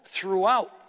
throughout